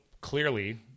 clearly